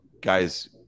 guys